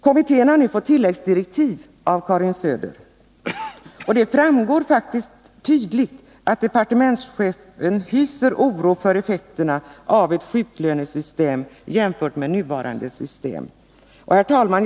Kommittén har nu fått tilläggsdirektiv av Karin Söder. Det framgår av tilläggsdirektiven att departementschefen hyser oro för effekterna av ett sjuklönesystem jämfört med nuvarande system. Herr talman!